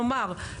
כלומר,